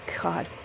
god